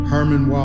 Herman